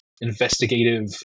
investigative